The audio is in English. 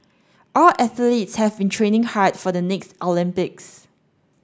our athletes have been training hard for the next Olympics